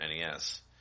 NES